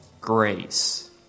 grace